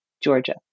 Georgia